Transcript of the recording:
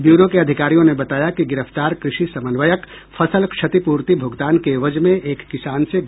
bureau के अधिकारियों ने बताया कि गिरफ्तार कृषि समन्वयक फसल क्षतिपूर्ति भुगतान के एवज में एक किसान से घूस ले रहा था